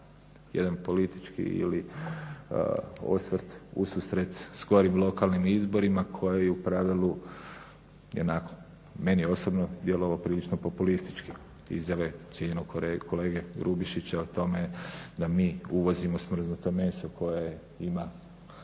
jedan politički ili osvrt ususret skorim lokalnim izborima koji u pravilu je onako meni osobno djelovao prilično populistički izjave cijenjenog kolega Grubišića o tome da mi uvozimo smrznuto meso koje ima